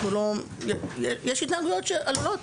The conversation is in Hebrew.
יש התנהגויות שעלולות,